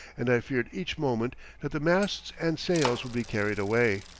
and i feared each moment that the masts and sails would be carried away.